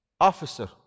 officer